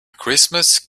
christmas